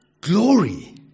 glory